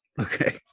Okay